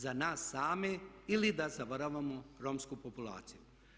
Za nas same ili da zavaravamo romsku populaciju?